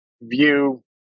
view